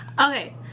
Okay